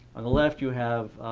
on the left, you have